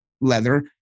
leather